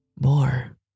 More